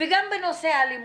וגם בנושא האלימות.